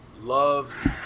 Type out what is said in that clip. love